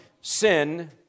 sin